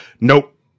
nope